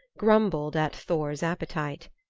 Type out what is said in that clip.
grumbled at thor's appetite.